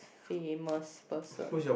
famous person